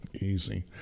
Easy